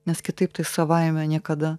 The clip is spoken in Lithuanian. nes kitaip tai savaime niekada